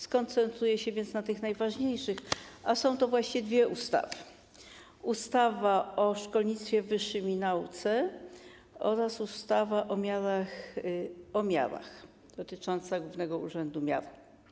Skoncentruję się więc na tych najważniejszych, a są to właściwie dwie ustawy: ustawa o szkolnictwie wyższym i nauce oraz ustawa o miarach, dotycząca Głównego Urzędu Miar.